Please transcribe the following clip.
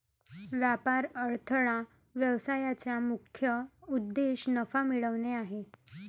व्यापार अडथळा व्यवसायाचा मुख्य उद्देश नफा मिळवणे आहे